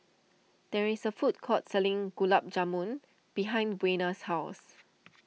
there is a food court selling Gulab Jamun behind Buena's house